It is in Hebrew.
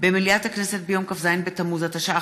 במליאת הכנסת ביום כ"ז בתמוז התשע"ח,